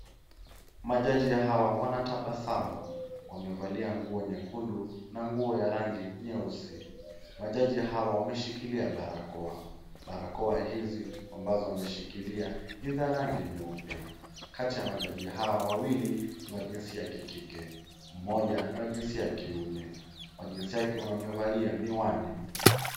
Majaji hawa wanatabia damu, wamevalia nguo nyekundu na nguo ya rangi nyeusi. Majaji hawa wameshikilia barakoa. Barakoa hizi ni za rangi nyeupe. Kati ya majaji hawa, wawili, ni wa jinsia ya kike mmoja ni wa jinsia ya kiume. Wa jinsia ya kiume amevalia miwani.